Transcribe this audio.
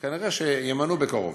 כנראה שימנו בקרוב.